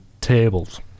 Tables